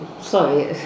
Sorry